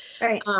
Right